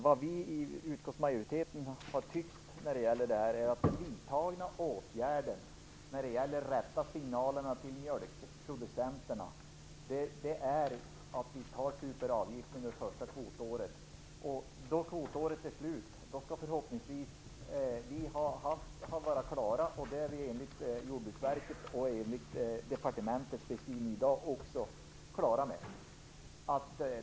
Vi i utskottsmajoriteten har tyckt att den rätta signalen till mjölkproducenterna är att det tas ut en avgift under det första kvotåret. Då kvotåret är slut skall vi förhoppningsvis vara klara, och det kommer vi enligt Jordbruksverket och departementet också att vara.